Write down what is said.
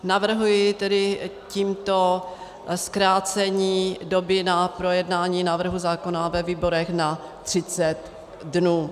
Navrhuji tedy tímto zkrácení doby na projednání návrhu zákona ve výborech na 30 dnů.